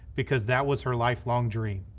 because that was her lifelong dream.